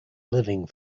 living